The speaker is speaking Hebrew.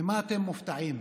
ממה אתם מופתעים?